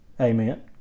Amen